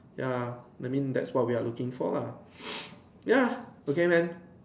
ya I mean that's what we're looking for lah ya okay man